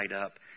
up